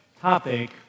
topic